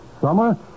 Summer